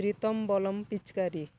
ପ୍ରୀତମ ବଲମ ପିଚକାରୀ